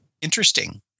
interesting